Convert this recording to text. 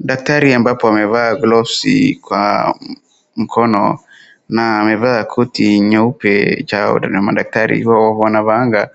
Daktari ambapo amevaa gloves kwa mkono na amevaa koti nyeupe cha madaktari huwa wanavaanga.